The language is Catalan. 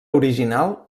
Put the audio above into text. original